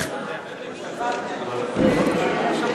הם גילו ששירתת בצבא, פשוט הלם.